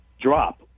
drop